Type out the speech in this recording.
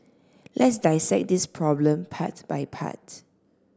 let's dissect this problem part by part